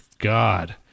god